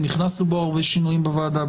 הכנסנו בו הרבה שינויים בוועדה.